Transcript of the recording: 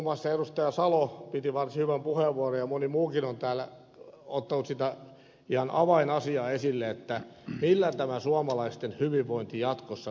salo käytti varsin hyvän puheenvuoron ja moni muukin on täällä ottanut sitä ihan avainasiaa esille millä tämä suomalaisten hyvinvointi jatkossa rahoitetaan